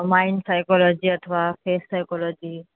mind psychology अथवा face psychology